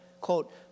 quote